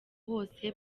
hose